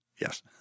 Yes